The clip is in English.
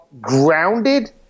grounded